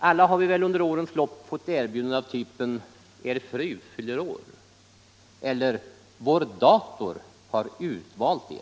Alla har vi väl under årens lopp fått erbjudanden av typen: ”Er fru fyller år” eller ” Vår dator har utvalt Er.